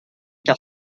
car